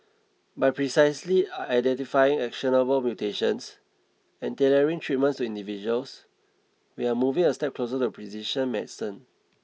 by precisely identifying actionable mutations and tailoring treatments to individuals we are moving a step closer to precision medicine